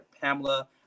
Pamela